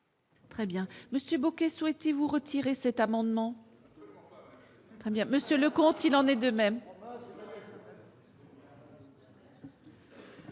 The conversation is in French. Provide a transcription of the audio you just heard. Très bien, Monsieur Bocquet souhaitez vous retirer cet amendement. Très bien monsieur le comte, il en est de même.